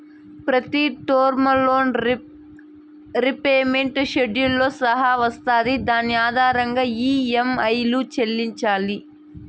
ప్రతి term loan repayment షెడ్యూల్తో సహా వస్తాది దాని ఆధారంగానే ఈ.యం.ఐలు చెల్లించాలి